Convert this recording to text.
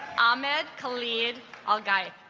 ahmed khalid all guy